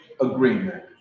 Agreement